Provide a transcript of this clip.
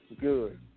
good